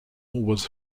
was